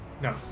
No